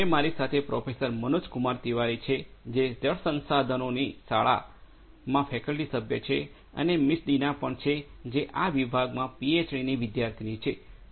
હવે મારી સાથે પ્રોફેસર મનોજકુમાર તિવારી છે જે જળ સંસાધનોની શાળા સ્કૂલ ઓફ વોટર રિસોર્સિસમાં ફેકલ્ટી સભ્ય છે અને મિસ ડીના પણ છે જે આ વિભાગમાં પીએચડીની વિદ્યાર્થીની છે